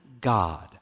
God